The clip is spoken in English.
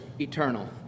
eternal